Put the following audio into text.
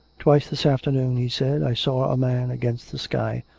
twice this afternoon, he said, i saw a man against the sky,